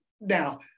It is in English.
Now